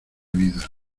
vida